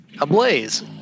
ablaze